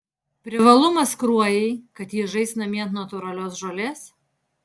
privalumas kruojai kad ji žais namie ant natūralios žolės